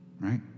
Right